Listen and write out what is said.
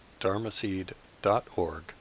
dharmaseed.org